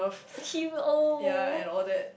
he old